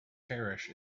parish